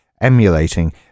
emulating